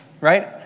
right